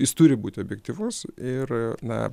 jis turi būti objektyvus ir na